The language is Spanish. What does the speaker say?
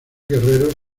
guerrero